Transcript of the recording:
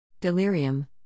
Delirium